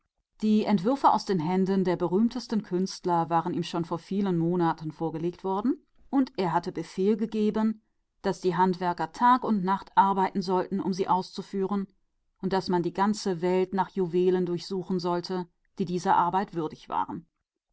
die von der hand des berühmtesten künstlers der zeit herrührten waren ihm vor vielen monaten vorgelegt worden und er hatte befehl gegeben daß die handwerker tag und nacht arbeiten sollten um sie auszuführen und daß man die ganze welt durchsuchte um juwelen zu finden die ihrer arbeit würdig wären